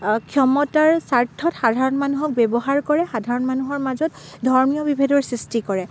ক্ষমতাৰ স্বাৰ্থত সাধাৰণ মানুহক ব্যৱহাৰ কৰে সাধাৰণ মানুহৰ মাজত ধৰ্মীয় বিভেদৰ সৃষ্টি কৰে